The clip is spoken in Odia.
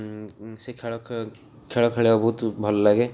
ସେ ଖେଳ ଖେଳ ଖେଳିବାକୁ ବହୁତ ଭଲ ଲାଗେ